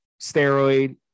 steroid